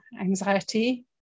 anxiety